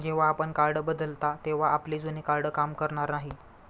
जेव्हा आपण कार्ड बदलता तेव्हा आपले जुने कार्ड काम करणार नाही